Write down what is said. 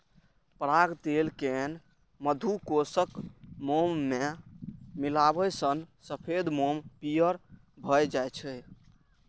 पराग तेल कें मधुकोशक मोम मे मिलाबै सं सफेद मोम पीयर भए जाइ छै